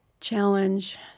challenge